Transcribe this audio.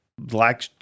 black